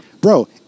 Bro